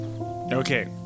Okay